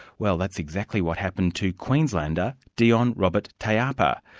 well, that's exactly what happened to queenslander dion robert taiapa.